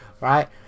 right